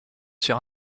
sur